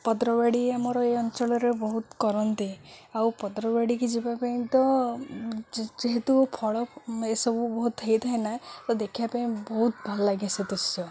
ପତ୍ରବାଡ଼ି ଆମର ଏ ଅଞ୍ଚଳରେ ବହୁତ କରନ୍ତି ଆଉ ପତ୍ରବାଡ଼ିକି ଯିବା ପାଇଁ ତ ଯେହେତୁ ଫଳ ଏସବୁ ବହୁତ ହୋଇଥାଏ ନା ତ ଦେଖିବା ପାଇଁ ବହୁତ ଭଲ ଲାଗେ ସେ ଦୃଶ୍ୟ